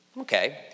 Okay